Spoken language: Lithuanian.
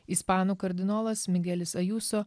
ispanų kardinolas migelis ajuso